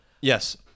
Yes